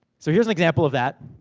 so, here's an example of that.